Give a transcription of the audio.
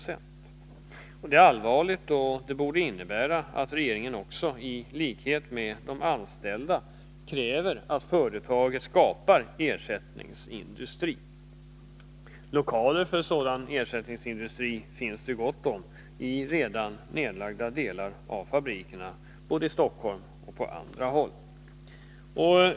Detta är allvarligt, och det borde innebära att regeringen, i likhet med de anställda, också kräver att företaget skapar ersättningsindustri. Lokaler för sådan ersättningsindustri finns det gott om i redan nedlagda delar av fabrikerna både i Stockholm och på andra håll.